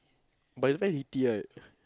but it's very heaty right